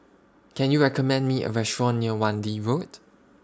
Can YOU recommend Me A Restaurant near Wan Lee Road